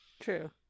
True